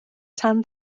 tan